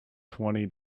twenty